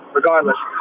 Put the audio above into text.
regardless